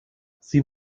sie